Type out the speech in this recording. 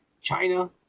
China